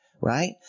Right